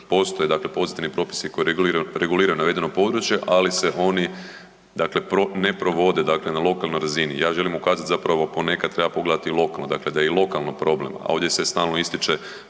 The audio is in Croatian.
dakle pozitivni propisi koji reguliraju navedeno područje ali se oni dakle ne provode dakle na lokalnoj razini. Ja želim ukazati zapravo ponekad treba pogledati i lokalno, dakle da je i lokalno problem, a ovdje se stalno ističe